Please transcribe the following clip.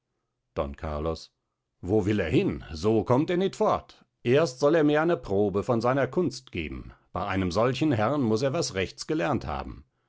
don carlos wo will er hin so kommt er nit fort erst soll er mir eine probe von seiner kunst geben bei einem solchen herrn muß er was rechts gelernt haben